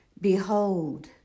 Behold